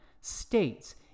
states